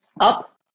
up